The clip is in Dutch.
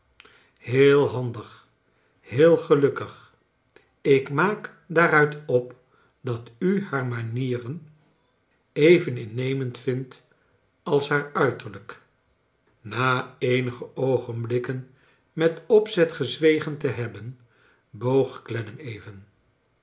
heel handigl heel gelukkigl ik maak daaruit op dat n haar manieren even innemend vindt als haar uiterlijk na eenige oogenblikken met opzet gezwegen te hebben boog clennam even